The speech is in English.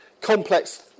complex